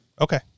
Okay